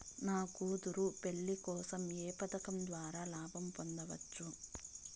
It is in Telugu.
నా కూతురు పెళ్లి కోసం ఏ పథకం ద్వారా లాభం పొందవచ్చు?